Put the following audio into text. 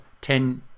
ten